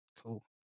Cool